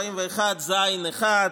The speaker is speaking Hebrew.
סעיף 41(ז)(1):